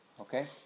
Okay